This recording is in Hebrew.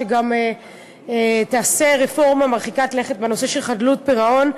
שגם תעשה רפורמה מרחיקת לכת בנושא של חדלות פירעון.